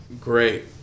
great